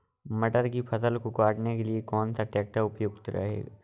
मटर की फसल को काटने के लिए कौन सा ट्रैक्टर उपयुक्त है?